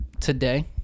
today